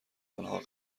آنها